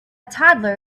toddler